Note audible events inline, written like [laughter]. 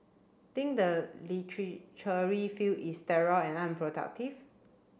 think the [unintelligible] field is sterile and unproductive